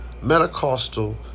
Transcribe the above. Metacostal